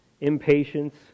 impatience